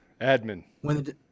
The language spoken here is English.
Admin